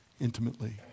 intimately